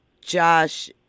Josh